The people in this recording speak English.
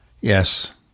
yes